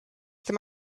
them